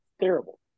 Terrible